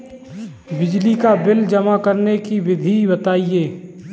बिजली का बिल जमा करने की विधि बताइए?